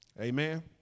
Amen